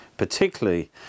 Particularly